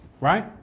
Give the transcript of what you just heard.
Right